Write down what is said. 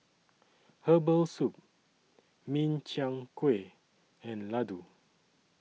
Herbal Soup Min Chiang Kueh and Laddu